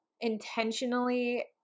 intentionally